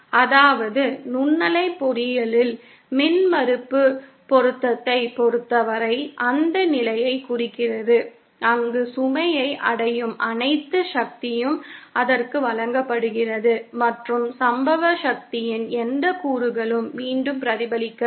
அதாவது நுண்ணலை பொறியியலில் மின்மறுப்பு பொருத்தத்தைப் பொருத்தவரை அந்த நிலையை குறிக்கிறது அங்கு சுமையை அடையும் அனைத்து சக்தியும் அதற்கு வழங்கப்படுகிறது மற்றும் சம்பவ சக்தியின் எந்த கூறுகளும் மீண்டும் பிரதிபலிக்கவில்லை